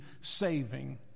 saving